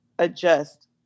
adjust